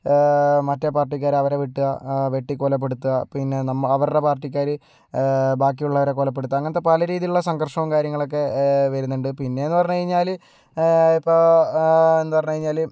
മറ്റേ പാർട്ടിക്കാരെ അവരെ വെട്ടുക വെട്ടിക്കൊലപ്പെടുത്തുക പിന്നെ നമ്മൾ അവരുടെ പാർട്ടിക്കാർ ബാക്കിയുള്ളവരെ കൊലപ്പെടുത്തുക അങ്ങനത്തെ പല രീതിയിലുള്ള സംഘർഷവും കാര്യങ്ങളൊക്കെ വരുന്നുണ്ട് പിന്നെ എന്ന് പറഞ്ഞു കഴിഞ്ഞാൽ ഇപ്പോൾ എന്ന് പറഞ്ഞു കഴിഞ്ഞാൽ